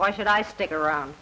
why should i stick around